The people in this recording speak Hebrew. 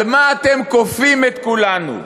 על מה אתם כופים את כולנו.